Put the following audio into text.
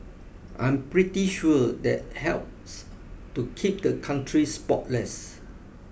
I'm pretty sure that helps to keep the country spotless